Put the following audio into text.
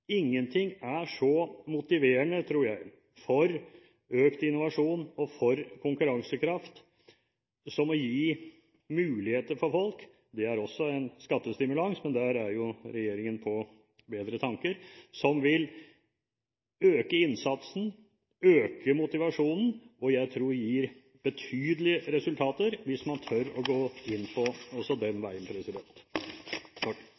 ingenting er så motiverende for økt innovasjon og konkurransekraft som å gi folk muligheter. Det er også en skattestimulans, men der er jo regjeringen på bedre tanker. Det vil øke innsatsen og øke motivasjonen, og jeg tror det vil gi betydelige resultater – hvis man også tør å gå inn på den